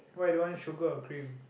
why you don't want sugar or cream